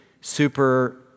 super